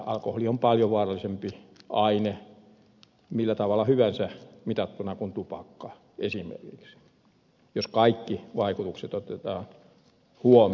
alkoholi on paljon vaarallisempi aine millä tavalla hyvänsä mitattuna kuin esimerkiksi tupakka jos kaikki vaikutukset otetaan huomioon